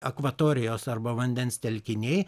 akvatorijos arba vandens telkiniai